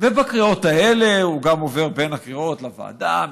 ובקריאות האלה הוא גם עובר בין הקריאות לוועדה,